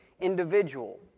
individual